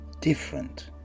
different